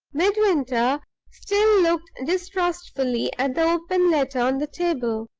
midwinter still looked distrustfully at the open letter on the table.